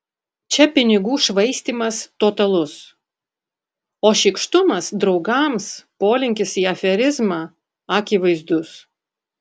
čia pinigų švaistymas totalus o šykštumas draugams polinkis į aferizmą akivaizdus